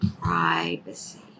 privacy